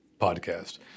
podcast